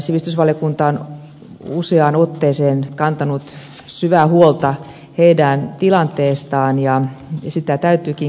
sivistysvaliokunta on useaan otteeseen kantanut syvää huolta heidän tilanteestaan ja sitä täytyykin kehittää edelleen